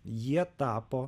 jie tapo